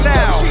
now